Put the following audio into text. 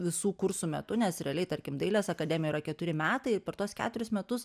visų kursų metu nes realiai tarkim dailės akademijoj yra keturi metai per tuos keturis metus